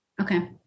Okay